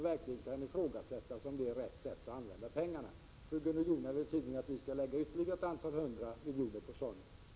Det kan onekligen ifrågasättas om det är rätt sätt att använda pengarna. Gunnel Jonäng vill tydligen att vi skall lägga ytterligare ett antal hundra miljoner på sådan trafik.